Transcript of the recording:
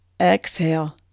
Exhale